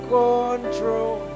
control